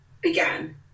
began